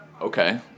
Okay